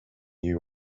you